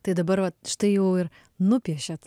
tai dabar vat štai jau ir nupiešėt